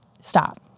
stop